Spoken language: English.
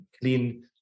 clean